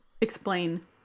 explain